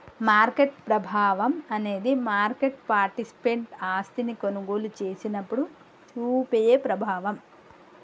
market ప్రభావం అనేది market participant ఆస్తిని కొనుగోలు చేసినప్పుడు చూపే ప్రభావం